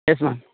yes ma'am